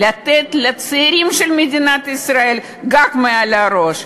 לתת לצעירים של מדינת ישראל גג מעל הראש.